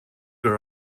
her